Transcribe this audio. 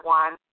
one